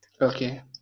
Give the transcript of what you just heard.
okay